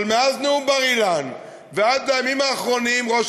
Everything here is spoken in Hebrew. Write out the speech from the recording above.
אבל מאז נאום בר-אילן ועד לימים האחרונים ראש